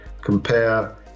compare